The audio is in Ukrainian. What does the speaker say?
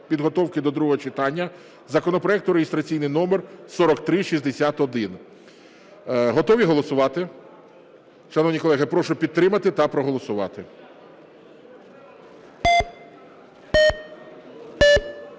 підготовки до другого читання законопроекту (реєстраційний номер 4361). Готові голосувати? Шановні колеги, прошу підтримати та проголосувати.